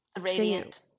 Radiant